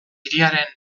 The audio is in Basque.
hiriaren